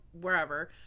wherever